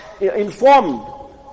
informed